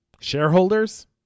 Shareholders